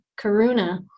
karuna